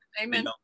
Amen